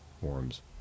forms